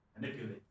Manipulate